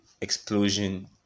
explosion